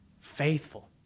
faithful